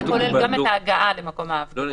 זה כולל גם את ההגעה למקום ההפגנה.